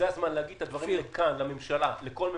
זה הזמן להגיד את הדברים כאן לממשלה, לכל ממשלה,